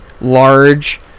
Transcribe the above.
large